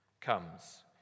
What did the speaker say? comes